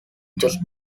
just